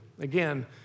Again